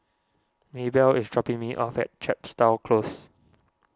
Maebelle is dropping me off at Chepstow Close